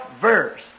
verse